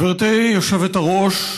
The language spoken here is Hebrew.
גברתי היושבת-ראש,